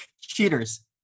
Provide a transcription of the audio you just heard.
Cheaters